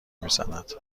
میزند